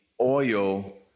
oil